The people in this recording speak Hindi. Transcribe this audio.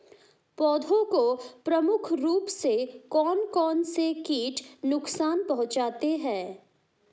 पौधों को प्रमुख रूप से कौन कौन से कीट नुकसान पहुंचाते हैं?